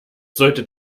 sollte